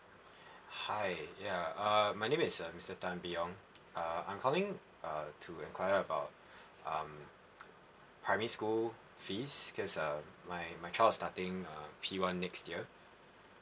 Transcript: hi ya uh my name is uh mister tan bee yong uh I'm calling uh to inquire about um primary school fees because uh my my child is starting uh p one next year